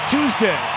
Tuesday